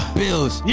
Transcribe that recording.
bills